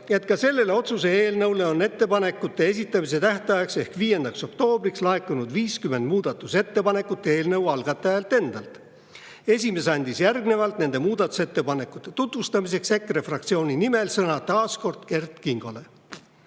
et ka sellele otsuse eelnõule on ettepanekute esitamise tähtajaks ehk 5. oktoobriks laekunud 50 muudatusettepanekut eelnõu algatajalt endalt. Esimees andis järgnevalt nende muudatusettepanekute tutvustamiseks EKRE fraktsiooni nimel sõna taaskord Kert Kingole.